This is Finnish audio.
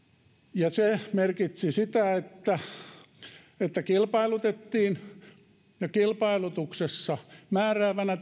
ja se merkitsi sitä että että kilpailutettiin kilpailutuksessa määräävänä